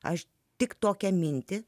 aš tik tokią mintį